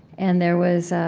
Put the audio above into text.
and there was